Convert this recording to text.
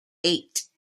eight